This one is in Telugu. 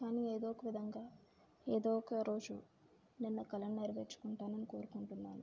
కానీ ఏదో ఒక విధంగా ఏదో ఒక రోజు నేను నా కలను నెరవేర్చుకుంటానని కోరుకుంటున్నాను